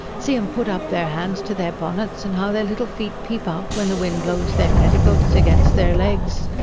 see em put up their hands to their bonnets, and how their little feet peep out when the wind blows their petticoats against their legs!